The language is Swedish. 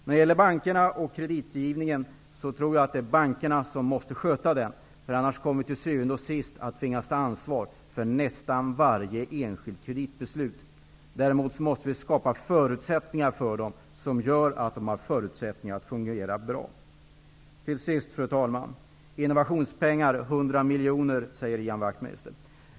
När det gäller bankerna och kreditgivningen, tror jag att bankerna måste sköta den -- annars kommer vi till syvende och sist att tvingas ta ansvar för nästan varje enskilt kreditbeslut. Däremot måste vi skapa förutsättningar för dem som gör att de har möjlighet att fungera bra. Till sist, fru talman, talade Ian Wachtmeister om innovationspengar för 100 miljoner.